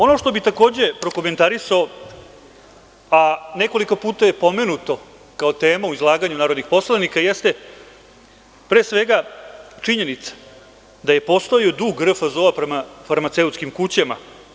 Ono što bih takođe prokomentarisao, a nekoliko puta je pomenuto kao tema u izlaganju narodnih poslanika jeste pre svega činjenica da je postojao dug RFZO prema farmaceutskim kućama.